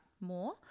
more